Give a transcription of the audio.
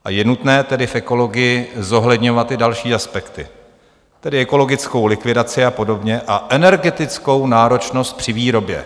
A je nutné v ekologii zohledňovat i další aspekty, tedy ekologickou likvidaci a podobně a energetickou náročnost při výrobě.